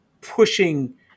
pushing